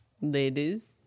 Ladies